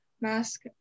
mask